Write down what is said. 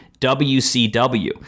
WCW